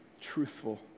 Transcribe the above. truthful